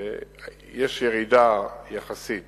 יש ירידה יחסית